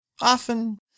often